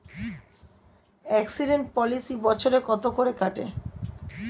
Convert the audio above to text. Accident policy বছরে কত করে কাটে?